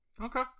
Okay